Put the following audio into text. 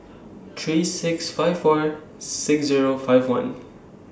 three six five four six Zero five one